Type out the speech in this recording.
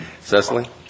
Cecily